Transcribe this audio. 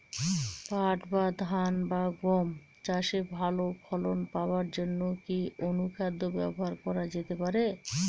পাট বা ধান বা গম চাষে ভালো ফলন পাবার জন কি অনুখাদ্য ব্যবহার করা যেতে পারে?